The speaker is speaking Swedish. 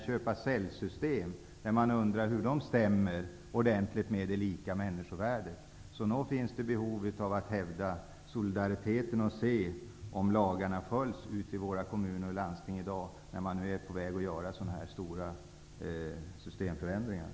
Köpa-säljsystem införs, och man undrar om de ordentligt stämmer med vad som sägs om det lika människovärdet. Det finns alltså ett behov av att hävda solidariteten och se efter om lagarna följs i kommuner och landsting i dag i samband med de systemförändringar som man är på väg att göra.